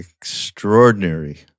extraordinary